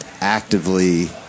actively